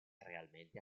realmente